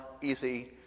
easy